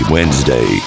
Wednesday